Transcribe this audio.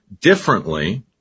differently